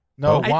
No